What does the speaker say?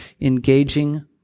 engaging